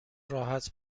راحت